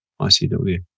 ICW